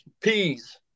Peas